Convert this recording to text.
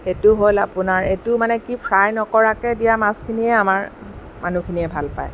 সেইটো হ'ল আপোনাৰ এইটো মানে কি ফ্ৰাই নকৰাকৈ দিয়া মাছখিনিয়ে আমাৰ মানুহখিনিয়ে ভাল পায়